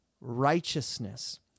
righteousness